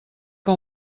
que